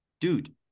dude